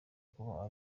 kuba